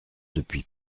depuis